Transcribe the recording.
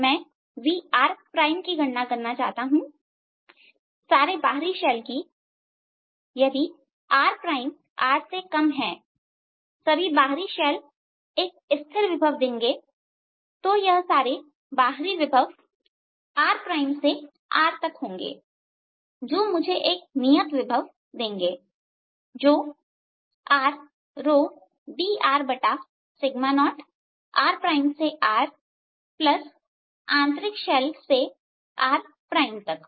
मैं Vrकी गणना करना चाहता हूं सारे बाहरी शेल की यदि rRसभी बाहरी शैल एक स्थिर विभव देंगे तो यह सारे बाहरी विभव r से R तक होंगे जो मुझे एक नियत विभव देंगे जो rR rρ dr0आंतरिक शैल 0 से r तक